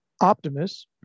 Optimus